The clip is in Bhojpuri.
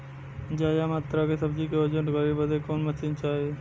ज्यादा मात्रा के सब्जी के वजन करे बदे कवन मशीन चाही?